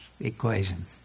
equation